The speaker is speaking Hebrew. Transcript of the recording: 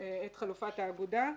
את חלופת האגודה.